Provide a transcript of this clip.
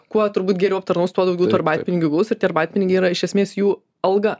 kuo turbūt geriau aptarnaus tuo daugiau tų arbatpinigių bus ir tie arbatpinigiai yra iš esmės jų alga